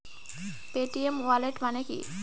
Paytm wallet মানে কি?